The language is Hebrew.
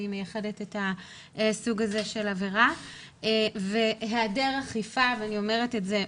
שהיא מייחדת את הסוג הזה של עבירה והיעדר אכיפה ואני אומרת את זה,